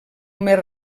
més